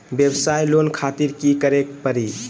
वयवसाय लोन खातिर की करे परी?